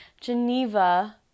Geneva